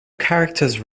characters